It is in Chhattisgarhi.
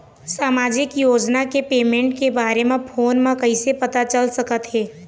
सामाजिक योजना के पेमेंट के बारे म फ़ोन म कइसे पता चल सकत हे?